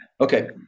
okay